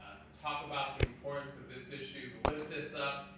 ah to talk about the importance of this issue, to lift this up.